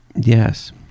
Yes